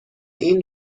این